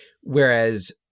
Whereas